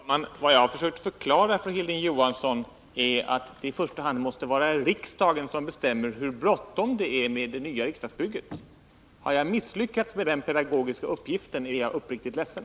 Herr talman! Vad jag har försökt förklara för Hilding Johansson är att det i första hand måste vara riksdagen som bestämmer hur bråttom det är med det nya riksdagsbygget. Om jag har misslyckats med den pedagogiska uppgiften är jag uppriktigt ledsen.